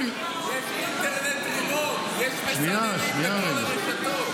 יש אינטרנט --- יש מסננים בכל הרשתות.